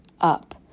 up